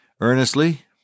earnestly